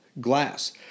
glass